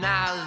Now